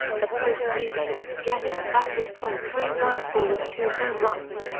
that postseason, jeter batted point three one four with two home runs,